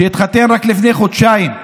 התחתן רק לפני חודשיים,